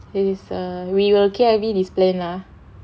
is a we were carried his plan ah